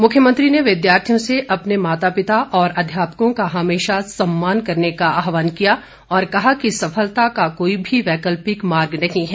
मुख्यमंत्री ने विद्यार्थियों से अपने माता पिता और अध्यापकों का हमेशा सम्मान करने का आहवान किया और कहा कि सफलता का कोई भी वैकल्पिक मार्ग नहीं है